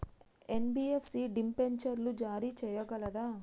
NBFC డిబెంచర్లు జారీ చేయగలదా?